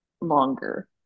longer